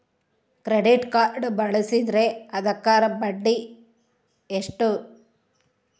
Credit card ಬಳಸಿದ್ರೇ ಅದಕ್ಕ ಬಡ್ಡಿ ಎಷ್ಟು?